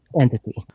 entity